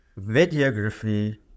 videography